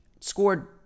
scored